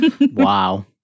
Wow